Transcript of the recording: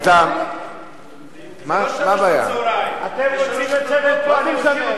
אתם רוצים לשבת פה, אני אשב.